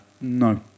No